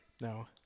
no